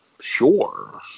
sure